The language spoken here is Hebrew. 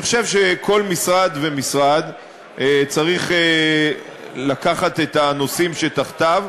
אני חושב שכל משרד ומשרד צריך לקחת את הנושאים שתחתיו,